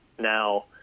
Now